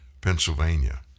Pennsylvania